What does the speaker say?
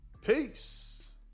Peace